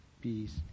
peace